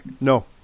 No